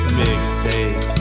mixtape